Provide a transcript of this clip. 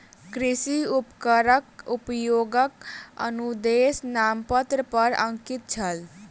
कृषि उपकरणक उपयोगक अनुदेश नामपत्र पर अंकित छल